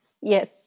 Yes